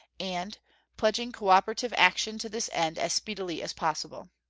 and pledging cooperative action to this end as speedily as possible.